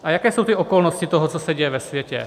A jaké jsou okolnosti toho, co se děje ve světě?